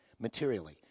Materially